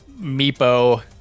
meepo